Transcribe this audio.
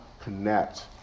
connect